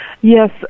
Yes